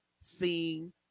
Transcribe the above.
seeing